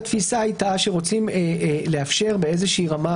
התפיסה הייתה שרוצים לאפשר באיזה רמה